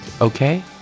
Okay